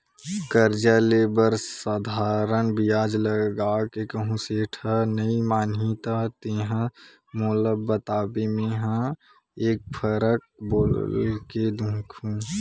करजा ले बर साधारन बियाज लगा के कहूँ सेठ ह नइ मानही त तेंहा मोला बताबे मेंहा एक फरक बोल के देखहूं